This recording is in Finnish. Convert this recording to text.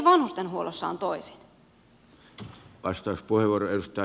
miksi vanhustenhuollossa on toisin